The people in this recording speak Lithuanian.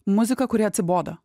muzika kuri atsibodo